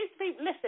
listen